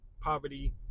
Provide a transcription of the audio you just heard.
poverty